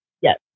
yes